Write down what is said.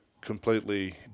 completely